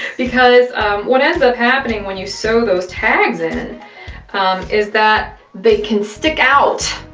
because what ends up happening when you sew those tags in is that they can stick out,